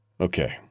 Okay